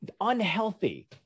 unhealthy